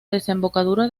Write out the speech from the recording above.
desembocadura